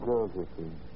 Josephine